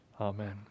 Amen